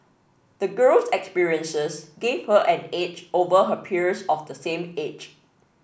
the girl's experiences gave her an edge over her peers of the same age